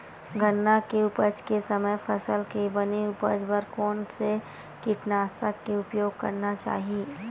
गन्ना के उपज के समय फसल के बने उपज बर कोन से कीटनाशक के उपयोग करना चाहि?